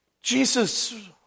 Jesus